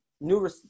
new